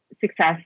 success